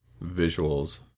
visuals